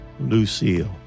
Lucille